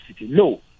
No